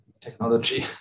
technology